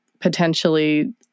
potentially